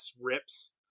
rips